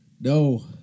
no